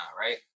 right